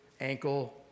ankle